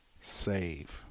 save